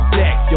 deck